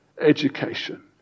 education